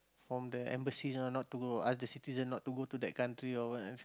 from the embassies ah not to go uh the citizen not to go to the country or whatev~